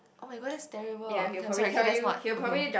oh-my-god that's terrible okay I'm sorry let's not okay